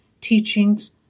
teachings